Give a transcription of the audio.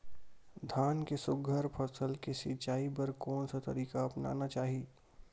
धान के सुघ्घर फसल के सिचाई बर कोन से तरीका अपनाना चाहि?